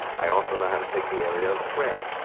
i also know how to take the area of a square.